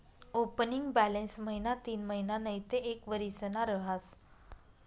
opening balance महिना तीनमहिना नैते एक वरीसना रहास